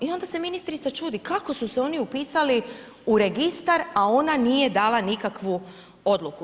I onda se ministrica čudi kako su se oni upisali u registar, a ona nije dala nikakvu odluku.